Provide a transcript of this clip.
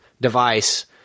device